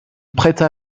prêta